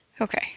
Okay